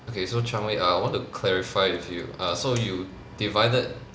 okay so chang wei uh want to clarify with you uh so you divided